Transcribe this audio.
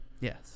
Yes